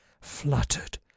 Fluttered